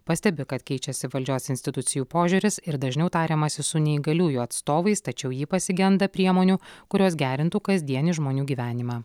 pastebi kad keičiasi valdžios institucijų požiūris ir dažniau tariamasi su neįgaliųjų atstovais tačiau ji pasigenda priemonių kurios gerintų kasdienį žmonių gyvenimą